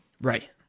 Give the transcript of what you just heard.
Right